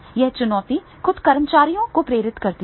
यह चुनौती खुद कर्मचारियों को प्रेरित करती है